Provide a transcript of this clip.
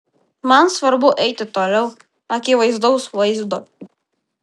man svarbu eiti toliau akivaizdaus vaizdo